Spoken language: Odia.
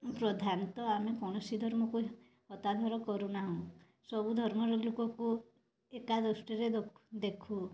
ପ୍ରଧାନ ତ ଆମେ କୌଣସି ଧର୍ମକୁ ହତାଦର କରୁ ନାହୁଁ ସବୁ ଧର୍ମର ଲୋକଙ୍କୁ ଏକା ଦୃଷ୍ଟିରେ ଦେଖୁ